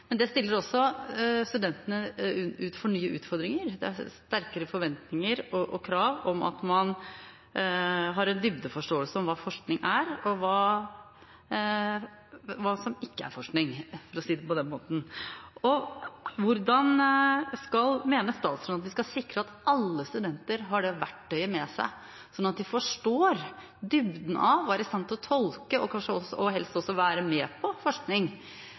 Men det stiller også studentene foran nye utfordringer. Det blir sterkere forventninger og krav om at man har en dybdeforståelse av hva forskning er, og hva som ikke er forskning. Hvordan mener statsråden at vi skal sikre at alle studenter har det verktøyet med seg, slik at de forstår dybden av og er i stand til å tolke og helst også være med på forskning?